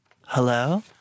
Hello